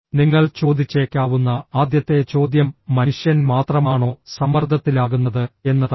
നിങ്ങൾ ചോദിച്ചേക്കാവുന്ന ആദ്യത്തെ ചോദ്യം മനുഷ്യൻ മാത്രമാണോ സമ്മർദ്ദത്തിലാകുന്നത് എന്നതാണ്